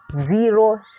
zero